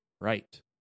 right